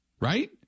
Right